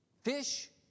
fish